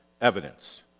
evidence